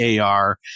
AR